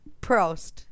Prost